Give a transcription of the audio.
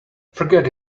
forget